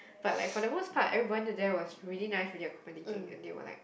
but like for the most part everyone there was really nice and accommodating thing and they were like